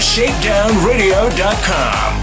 ShakedownRadio.com